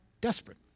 desperate